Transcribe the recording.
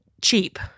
Cheap